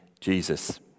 Jesus